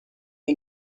you